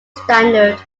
standard